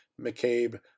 McCabe